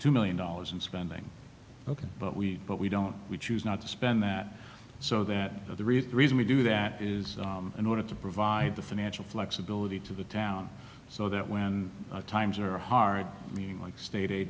two million dollars in spending ok but we but we don't we choose not to spend that so that the real reason we do that is in order to provide the financial flexibility to the town so that when times are hard meaning like sta